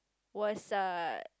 was uh